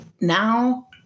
now